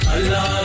Allah